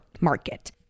market